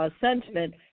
sentiment